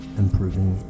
improving